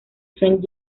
trent